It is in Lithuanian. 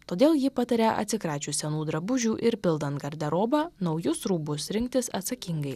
todėl ji pataria atsikračius senų drabužių ir pildant garderobą naujus rūbus rinktis atsakingai